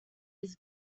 his